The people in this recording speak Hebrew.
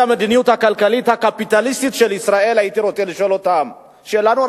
המדיניות הכלכלית הקפיטליסטית של ישראל שאלה נורא